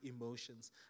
emotions